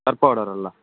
Surf ಪೌಡರಲ್ಲ